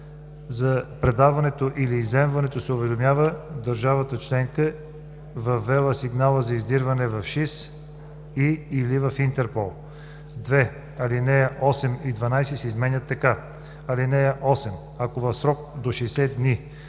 За предаването или изземването се уведомява държавата членка, въвела сигнала за издирване в ШИС и/или в Интерпол.“ 2. Алинеи 8-12 се изменят така: „(8) Ако в срок до 60 дни